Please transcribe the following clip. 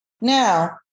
Now